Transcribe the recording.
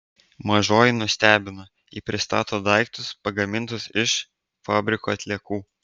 mažoji nustebino ji pristato daiktus pagamintus iš fabriko atliekų